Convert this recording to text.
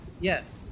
Yes